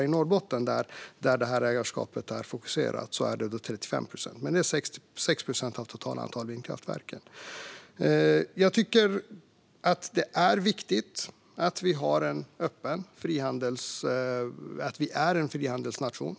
I Norrbotten, där ägarskapet är fokuserat, är siffran 35 procent, men det är 6 procent av det totala antalet vindkraftverk. Jag tycker att det är viktigt att vi är en öppen frihandelsnation.